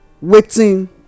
waiting